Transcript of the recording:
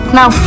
now